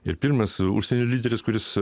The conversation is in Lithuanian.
ir pirmas užsienio lyderis kuris